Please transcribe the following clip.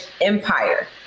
empire